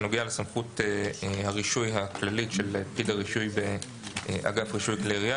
זה נוגע לסמכות הרישוי הכללית של פקיד הרישוי באגף רישוי כלי ירייה.